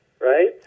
right